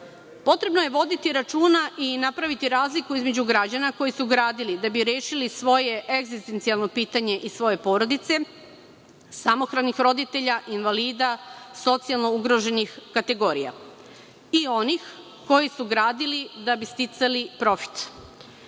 Potrebno je voditi računa i napraviti razliku između građana koji su gradili da bi rešili svoje egzistencijalno pitanje i svoje porodice, samohranih roditelja, invalida, socijalno ugroženih kategorija i onih koji su gradili da bi sticali profit. Član